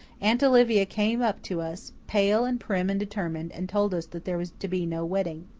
aunt olivia came up to us, pale and prim and determined, and told us that there was to be no wedding.